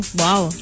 wow